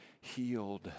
healed